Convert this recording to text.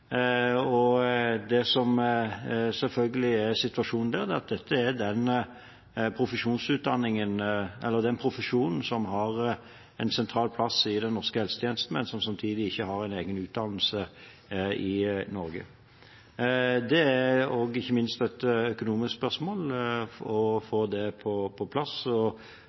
Det som selvfølgelig er situasjonen der, er at dette er den profesjonen som har en sentral plass i den norske helsetjenesten, men som samtidig ikke har en egen utdannelse i Norge. Det er også ikke minst et økonomisk spørsmål å få det på plass